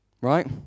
right